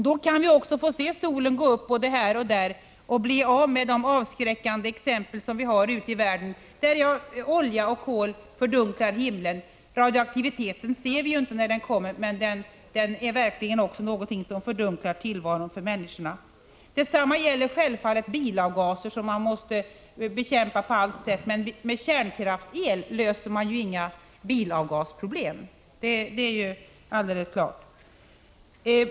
Då kan vi också få se solen gå upp både här och där och bli av med de avskräckande exempel som vi har ute i världen där olja och kol fördunklar himlen. Radioaktiviteten ser vi inte när den kommer, men den fördunklar verkligen också tillvaron för människorna. Detsamma gäller självfallet bilavgaser, som man måste bekämpa på alla sätt. Men med kärnkraftsel löser man inga bilavgasproblem. Det är alldeles klart.